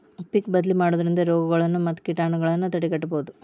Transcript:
ಪಿಕ್ ಬದ್ಲಿ ಮಾಡುದ್ರಿಂದ ರೋಗಗಳನ್ನಾ ಮತ್ತ ಕೇಟಗಳನ್ನಾ ತಡೆಗಟ್ಟಬಹುದು